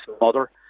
mother